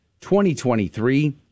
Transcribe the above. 2023